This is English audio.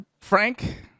frank